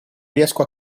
riesco